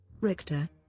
Richter